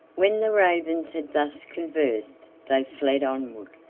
when the ravens had thus conversed they fled onward,